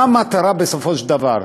מה המטרה, בסופו של דבר?